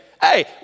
hey